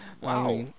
Wow